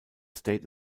state